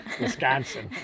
Wisconsin